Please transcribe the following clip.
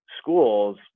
schools